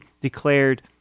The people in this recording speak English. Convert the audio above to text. declared